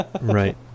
Right